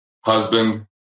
husband